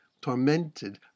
tormented